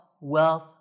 wealth